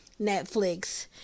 Netflix